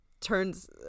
turns